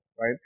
right